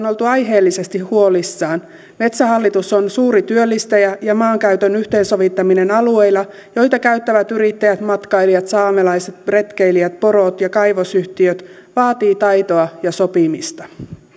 oltu aiheellisesti huolissaan metsähallitus on suuri työllistäjä ja maankäytön yhteensovittaminen alueilla joita käyttävät yrittäjät matkailijat saamelaiset retkeilijät porot ja kaivosyhtiöt vaatii taitoa ja sopimista